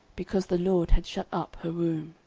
because the lord had shut up her womb.